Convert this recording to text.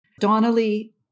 Donnelly